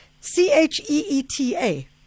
C-H-E-E-T-A